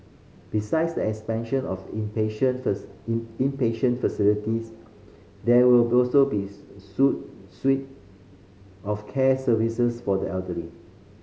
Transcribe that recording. besides the expansion of inpatient inpatient facilities there will also be suite of care services for the elderly